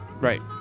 Right